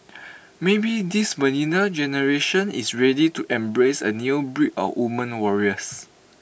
maybe this millennial generation is ready to embrace A new breed of woman warriors